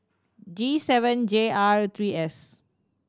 G seven J R three S